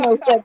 no